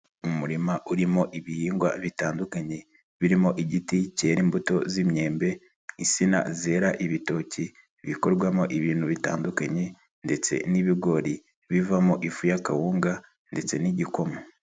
Umurima urimo ibihingwa bitandukanye birimo igiti cyera imbuto z'imyembe, isina zera ibitoki bikorwamo ibintu bitandukanye, ndetse n'ibigori bivamo ifu y'akawunga ndetse n'igikoma.